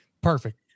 Perfect